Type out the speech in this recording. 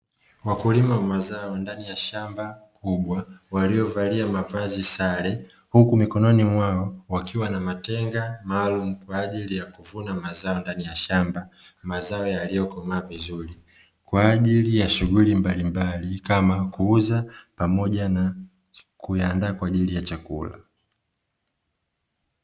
Wakulima wa mazao ndani ya shamba kubwa, waliovalia mavazi sare huku mikononi mwao wakiwa na matenga maalumu kwa ajili ya kuvuna mazao ndani ya shamba, mazao yaliyokomaa vizuri kwa ajili ya shughuli mbalimbali kama kuuza pamoja na kuyaandaa kwa ajili ya chakula.